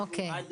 עד